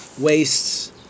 wastes